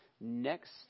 next